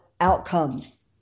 outcomes